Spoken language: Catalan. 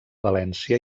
valència